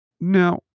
Now